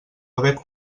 haver